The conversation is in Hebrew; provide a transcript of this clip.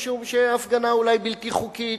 משום שההפגנה אולי בלתי חוקית,